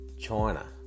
China